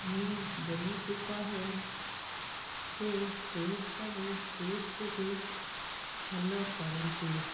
ମୁଁ ଯେମିତି କହେ ସେ ସେହିସବୁ ଟିପ୍ସକୁ ଫଲୋ କରନ୍ତି